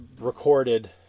recorded